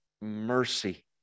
mercy